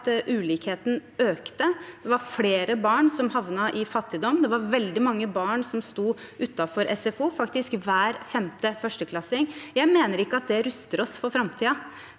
at ulikhetene økte. Det var flere barn som havnet i fattigdom. Det var veldig mange barn som sto utenfor SFO, faktisk hver femte førsteklassing. Jeg mener at det ikke ruster oss for framtiden.